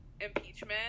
impeachment